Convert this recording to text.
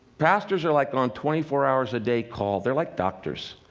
pastors are like on twenty four hours-a-day call, they're like doctors.